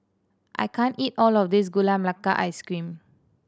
I can't eat all of this Gula Melaka Ice Cream